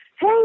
hey